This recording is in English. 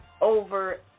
over